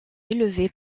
élevé